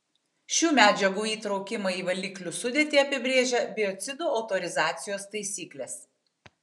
šių medžiagų įtraukimą į valiklių sudėtį apibrėžia biocidų autorizacijos taisyklės